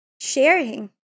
sharing